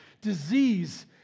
Disease